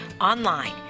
online